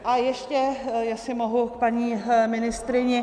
A ještě, jestli mohu, k paní ministryni.